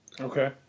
Okay